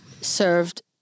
Served